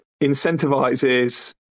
incentivizes